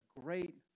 great